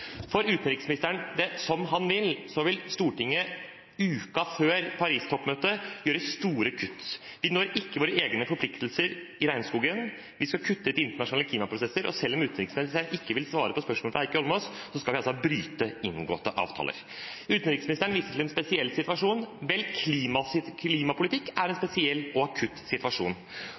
utenriksministeren det som han vil, vil Stortinget uken før Paris-toppmøtet gjøre store kutt. Vi når ikke våre egne forpliktelser for regnskogen, vi skal kutte etter internasjonale klimaprosesser. Og selv om utenriksministeren ikke vil svare på spørsmål fra Heikki Eidsvoll Holmås, skal vi altså bryte inngåtte avtaler. Utenriksministeren viser til en spesiell situasjon. Vel, klimapolitikk er en